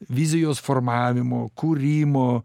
vizijos formavimo kūrimo